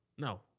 No